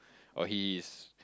or he is